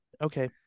Okay